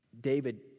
David